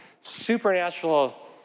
supernatural